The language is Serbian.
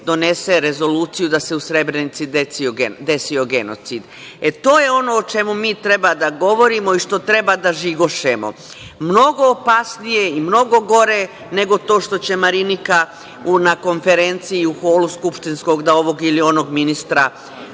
donese rezoluciju da se u Srebrenici desio genocid. To je ono o čemu mi treba da govorimo i što treba da žigošemo, mnogo opasnije je i mnogo gore nego to što će Marinika na konferenciji i u holu skupštinskog da onog ili onog ministra